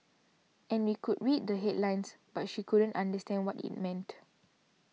and we could read the headlines but she couldn't understand what it meant